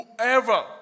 whoever